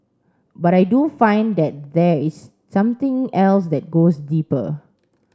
but I do find that there is something else that goes deeper